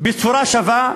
בצורה שווה,